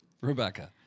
Rebecca